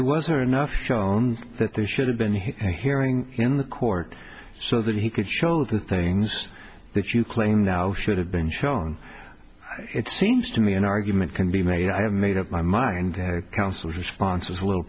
or was or enough shown that there should have been here a hearing in the court so that he could show the things that you claim now should have been shown it seems to me an argument can be made i have made up my mind counsel's response was a little